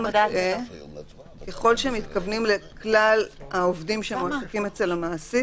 ככל שמתכוונים לכלל העובדים שמועסקים אצל המעסיק,